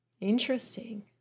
Interesting